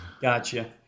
Gotcha